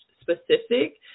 specific